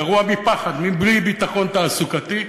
קרוע מפחד, מבלי ביטחון תעסוקתי,